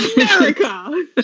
America